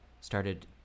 started